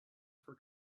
for